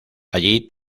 allí